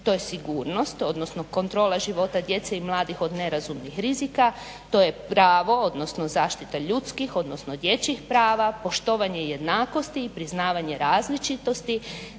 to je sigurnost, odnosno kontrola života djece i mladih od nerazumnih rizika, to je pravo, odnosno zaštita ljudskih odnosno dječjih prava, poštovanje jednakosti i priznavanje različitosti,